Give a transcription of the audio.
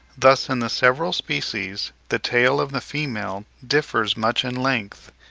thus in the several species, the tail of the female differs much in length,